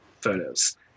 photos